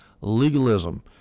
legalism